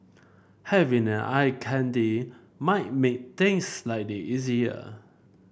having an eye candy might make things slightly easier